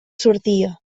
sortia